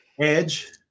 Edge